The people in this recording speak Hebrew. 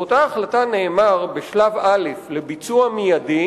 באותה החלטה נאמר: בשלב א' לביצוע מיידי